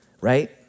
right